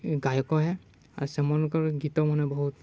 ଗାୟକ ଏ ଆଉ ସେମାନଙ୍କର୍ ଗୀତମନେ ବହୁତ୍